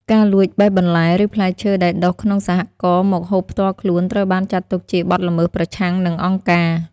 ការលួចបេះបន្លែ ឬផ្លែឈើដែលដុះក្នុងសហករណ៍មកហូបផ្ទាល់ខ្លួន ត្រូវបានចាត់ទុកជាបទល្មើសប្រឆាំងនឹងអង្គការ។